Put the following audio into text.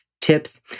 tips